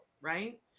Right